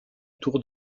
tour